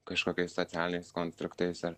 kažkokiais socialiniais konstruktais ar